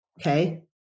Okay